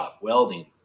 welding